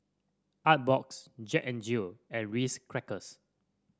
Artbox Jack N Jill and Ritz Crackers